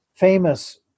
famous